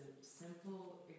simple